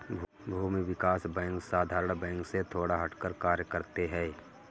भूमि विकास बैंक साधारण बैंक से थोड़ा हटकर कार्य करते है